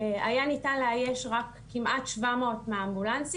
היה ניתן לאייש רק כמעט 700 מהאמבולנסים,